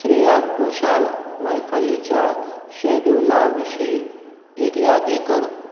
श्रेया घोशाल मैफलीच्या शॅड्युला विशीं एक यादी कर